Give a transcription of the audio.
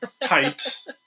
tights